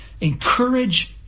encourage